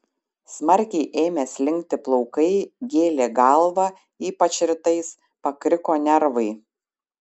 smarkiai ėmė slinkti plaukai gėlė galvą ypač rytais pakriko nervai